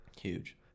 Huge